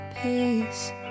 peace